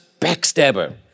backstabber